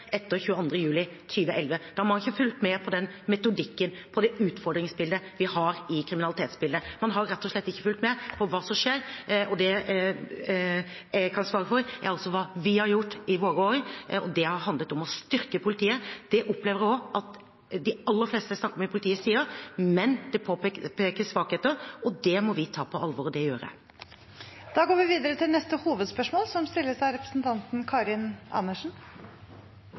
etter 22. juli 2011. Da har man ikke fulgt med på den metodikken og på det utfordringsbildet vi har i kriminalitetsbildet. Man har rett og slett ikke fulgt med på hva som skjer. Det jeg kan svare for, er hva vi har gjort i våre år, og det har handlet om å styrke politiet. Det opplever jeg også at de aller fleste jeg snakker med i politiet, sier. Men det påpekes svakheter, og det må vi ta på alvor, og det gjør jeg. Vi går videre til neste hovedspørsmål.